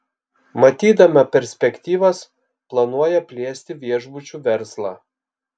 matydama perspektyvas planuoja plėsti viešbučių verslą